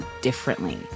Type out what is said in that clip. differently